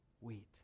wheat